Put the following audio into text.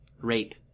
Rape